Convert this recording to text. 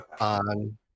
on